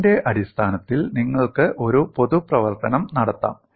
R ന്റെ അടിസ്ഥാനത്തിൽ നിങ്ങൾക്ക് ഒരു പൊതു പ്രവർത്തനം നടത്താം